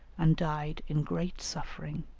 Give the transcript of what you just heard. and died in great suffering.